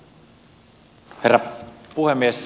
herra puhemies